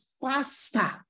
faster